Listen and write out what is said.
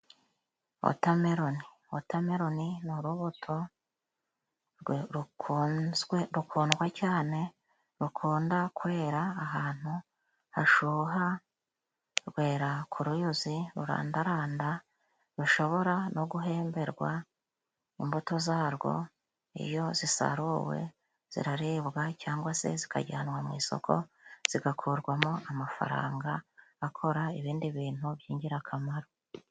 Wotameloni , wotameloni ni urubuto rwe rukunzwe rukundwa cyane rukunda kwera ahantu hashuha, rwera k'uruyuzi rurandaranda rushobora no guhemberwa. Imbuto zarwo iyo zisaruwe ziraribwa cyangwa se zikajyanwa mu isoko zigakurwamo amafaranga akora ibindi bintu by'ingirakamaro.